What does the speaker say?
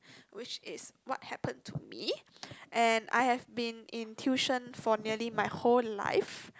which is what happen to me and I have been in tuition for nearly my whole life